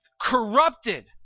corrupted